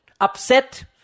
upset